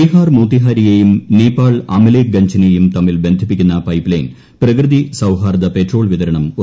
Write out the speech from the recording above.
ബീഹാർ മോത്തിഹാരിയെയും നേപ്പാൾ അമലേഖ് ഗൃഞ്ചിനെയും തമ്മിൽ ബന്ധിപ്പിക്കുന്ന പൈപ്പ് ലൈൻ പ്രകൃതീ സൌഹാർദ്ദ പെട്രോൾ വിതരണം ഉറപ്പുവരുത്തുന്നു